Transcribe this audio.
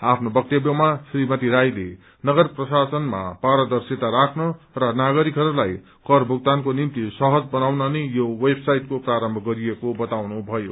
आफ्नो वक्तव्यमा श्रीमती राईले नगर प्रशासनलाई पारदर्शिता राख्न र नागरिकहस्ताई कर भुगतानको निम्ति सहज बनाउन नै यो वेब साइटको प्रारम्भ गरिएको बताउनु भयो